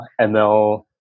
ML